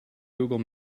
google